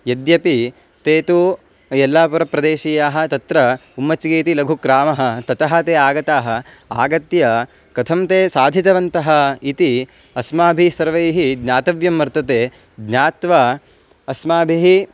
यद्यपि ते तु यल्लापुरप्रदेशीयाः तत्र उम्मच्चगे इति लघुक्रामः ततः ते आगताः आगत्य कथं ते साधितवन्तः इति अस्माभिः सर्वैः ज्ञातव्यं वर्तते ज्ञात्वा अस्माभिः